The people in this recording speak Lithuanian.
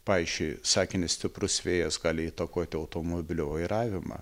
pavyzdžiui sakinį stiprus vėjas gali įtakoti automobilio vairavimą